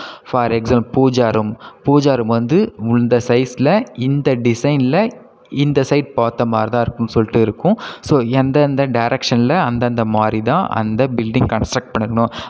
for exam pooja room pooja room வந்து இந்த சைஸில் இந்த டிசைனில் இந்த சைட் பார்த்த மாதிரி தான் இருக்கணும் சொல்லிட்டு இருக்கும் ஸோ எந்தெந்த டேரக்க்ஷனில் அந்தந்த மாதிரி தான் அந்த பில்டிங் கன்ஸ்ட்ரக்ட் பண்ணியிருக்கணும்